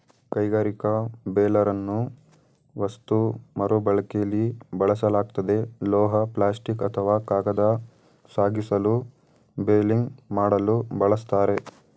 ಕೈಗಾರಿಕಾ ಬೇಲರನ್ನು ವಸ್ತು ಮರುಬಳಕೆಲಿ ಬಳಸಲಾಗ್ತದೆ ಲೋಹ ಪ್ಲಾಸ್ಟಿಕ್ ಅಥವಾ ಕಾಗದ ಸಾಗಿಸಲು ಬೇಲಿಂಗ್ ಮಾಡಲು ಬಳಸ್ತಾರೆ